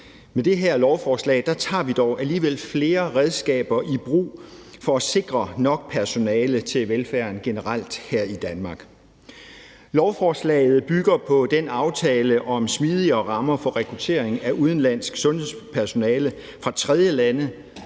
Med det her lovforslag tager vi dog alligevel flere redskaber i brug for at sikre nok personale til velfærden generelt her i Danmark. Lovforslaget bygger på den aftale om smidigere rammer for rekruttering af udenlandsk sundhedspersonale fra tredjelande,